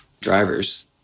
driver's